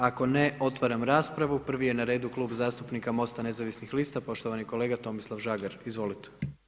Ako ne, otvaram raspravu, prvi je na redu Klub zastupnika MOST-a nezavisnih lista, poštovani kolega Tomislav Žagar, izvolite.